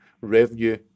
revenue